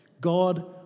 God